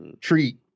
treat